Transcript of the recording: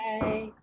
Bye